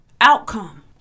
outcome